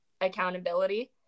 accountability